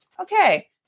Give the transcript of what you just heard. okay